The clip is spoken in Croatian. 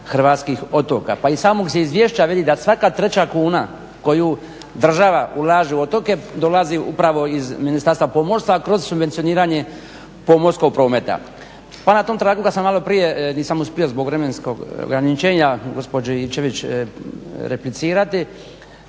hrvatskih otoka. Pa iz samog se izvješća vidi da svaka treća kuna koju država ulaže u otoke dolazi upravo iz Ministarstva pomorstva kroz subvencioniranje pomorskog prometa. Pa na tom tragu kad sam, maloprije nisam uspio zbog vremenskog ograničenja gospođi Ivčević replicirati,